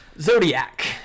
Zodiac